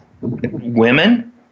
women